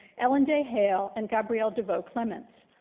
ellen day hale and gabrielle devoe clemens.